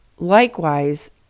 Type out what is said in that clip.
Likewise